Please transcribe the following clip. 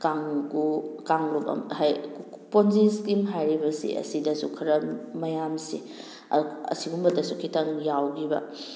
ꯀꯥꯡꯒꯨ ꯀꯥꯡꯂꯨꯞ ꯄꯣꯟꯖꯤ ꯏꯁꯀꯤꯝ ꯍꯥꯏꯔꯤꯕꯁꯤ ꯑꯁꯤꯗꯁꯨ ꯈꯔ ꯃꯌꯥꯝꯁꯦ ꯑꯁꯤꯒꯨꯝꯕꯗꯁꯨ ꯈꯤꯇꯪ ꯌꯥꯎꯈꯤꯕ